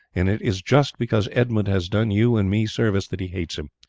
and it is just because edmund has done you and me service that he hates him.